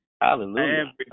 Hallelujah